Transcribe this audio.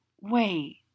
wait